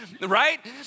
Right